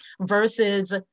versus